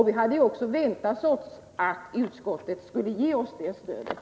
Vi hade också väntat oss att utskottet skulle ge oss det stödet.